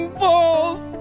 balls